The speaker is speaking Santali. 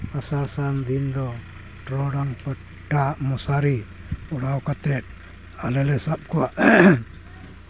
ᱟᱥᱟᱲ ᱥᱟᱱ ᱫᱤᱱ ᱫᱚ ᱴᱚᱨᱚᱰᱟᱝ ᱯᱟᱴᱟ ᱢᱚᱥᱟᱨᱤ ᱚᱰᱟᱣ ᱠᱟᱛᱮᱫ ᱟᱞᱮᱞᱮ ᱥᱟᱵ ᱠᱚᱣᱟ